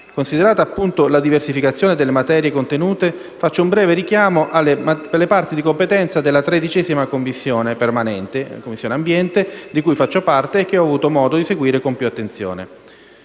Considerata - appunto - la diversificazione delle materie contenute faccio un breve richiamo alle parti di competenza della 13a Commissione permanente, di cui faccio parte, che ho avuto modo di seguire con più attenzione.